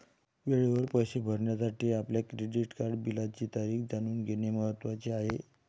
वेळेवर पैसे भरण्यासाठी आपल्या क्रेडिट कार्ड बिलाची तारीख जाणून घेणे महत्वाचे आहे